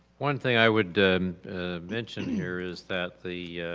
one thing i would mention here is that the